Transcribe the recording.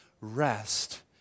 rest